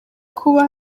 kuba